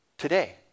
today